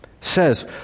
says